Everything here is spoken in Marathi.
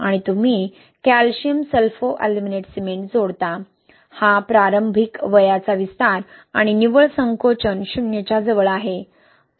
आणि तुम्ही कॅल्शियम सल्फोअल्युमिनेट सिमेंट जोडता हा प्रारंभिक वयाचा विस्तार आणि निव्वळ संकोचन 0 च्या जवळ आहे